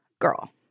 girl